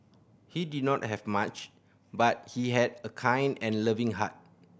he did not have much but he had a kind and loving heart